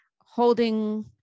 holding